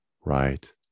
right